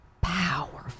Powerful